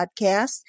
podcast